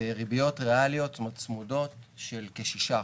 וריביות ריאליות צמודות של כ-6%,